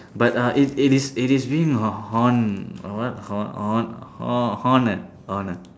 but uh it it is it is being a hon~ a what hon~ hon~ ho~ honoured honoured